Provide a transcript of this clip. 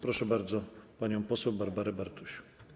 Proszę bardzo panią poseł Barbarę Bartuś.